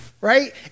right